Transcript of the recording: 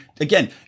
again